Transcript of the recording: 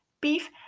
beef